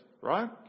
right